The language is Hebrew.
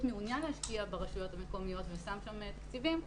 מעוניין להשקיע ברשויות המקומית ושם שם תקציבים,